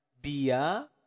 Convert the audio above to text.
Bia